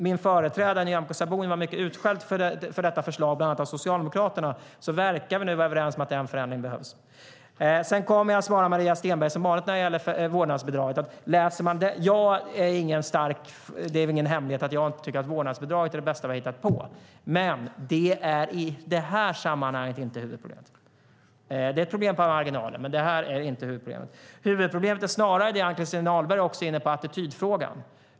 Min företrädare Nyamko Sabuni var mycket utskälld bland annat av Socialdemokraterna för detta förslag. Nu verkar vi vara överens om att den förändringen behövs. Jag svarar Maria Stenberg som vanligt när det gäller vårdnadsbidraget. Det är väl ingen hemlighet att jag inte tycker att vårdnadsbidraget är det bästa vi har hittat på, men det är i det här sammanhanget inte huvudproblemet. Det är ett problem på marginalen. Huvudproblemet är snarare det som Ann-Christin Ahlberg var inne på, nämligen attitydfrågan.